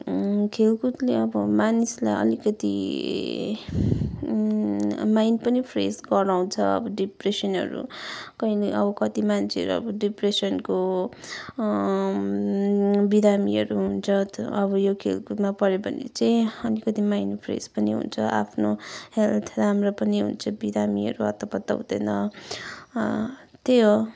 खेलकुदले अब मानिसलाई अलिकति माइन्ड पनि फ्रेस गराउँछ अब डिप्रेसनहरू कहिले अब कति मान्छेहरू अब डिप्रेसनको बिरामीहरू हुन्छ अब यो खेलकुदमा पर्यो भने चाहिँ अलिकति माइन्ड फ्रेस पनि हुन्छ आफ्नो हेल्थ राम्रो पनि हुन्छ बिरामीहरू हत्तपत्त हुँदैन त्यही हो